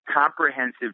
comprehensive